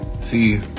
See